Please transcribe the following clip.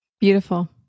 Beautiful